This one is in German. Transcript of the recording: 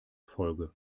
folge